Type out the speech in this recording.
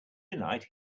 tonight